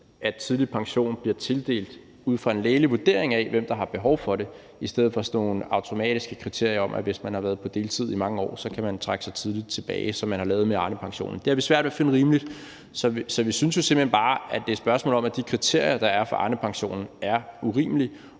at tidlig pension bliver tildelt ud fra en lægelig vurdering af, hvem der har behov for det, i stedet for ud fra sådan nogle automatiske kriterier om, at hvis man har været på deltid i mange år, kan man trække sig tidligt tilbage, som det er lavet med Arnepensionen. Det har vi svært ved at finde rimeligt. Så vi synes jo simpelt hen bare, at det er et spørgsmål om, at de kriterier, der er for Arnepensionen, er urimelige